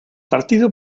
partido